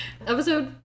episode